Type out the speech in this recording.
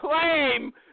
claim